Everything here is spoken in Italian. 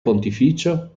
pontificio